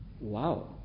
wow